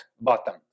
bottom